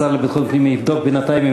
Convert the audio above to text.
השר לביטחון פנים יבדוק בינתיים אם